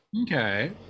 Okay